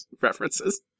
references